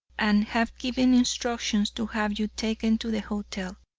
and have given instructions to have you taken to the hotel.